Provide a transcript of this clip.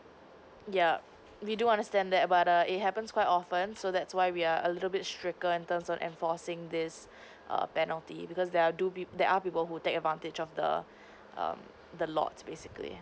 yeah we do understand that but err it happens quite often so that's why we are a little bit stricken in terms of enforcing this err penalty because they are do pe~ there are people who take advantage of the um the lot basically